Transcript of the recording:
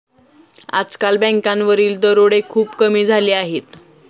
आजकाल बँकांवरील दरोडे खूप कमी झाले आहेत